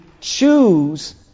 choose